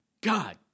God